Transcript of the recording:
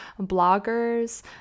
bloggers